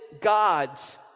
God's